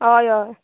हय हय